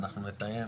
אנחנו נתאם